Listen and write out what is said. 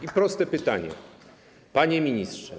I proste pytanie, panie ministrze.